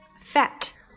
fat